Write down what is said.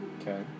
Okay